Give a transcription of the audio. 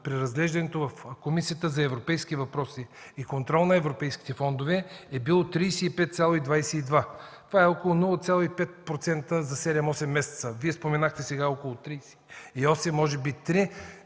при разглеждането в Комисията за европейски въпроси и контрол на европейските фондове е било 35,22. Това е около 0,5% за 7-8 месеца. Вие споменахте сега около 3,8-3%.